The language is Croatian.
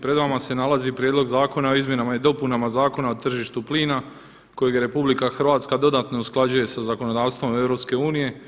Pred vama se nalazi Prijedlog zakona o izmjenama i dopunama Zakona o tržištu plina kojeg RH dodatno usklađuje sa zakonodavstvom EU.